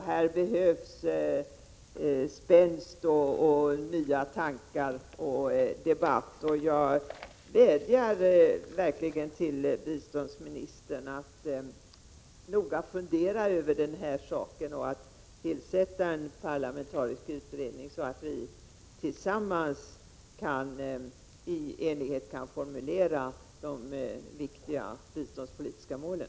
Här behövs spänst, nya tankar och debatt. Jag vädjar verkligen till biståndsministern att noga fundera över den här saken och att tillsätta en parlamentarisk utredning, så att vi tillsammans i enighet kan formulera de viktiga biståndspolitiska målen.